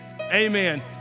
Amen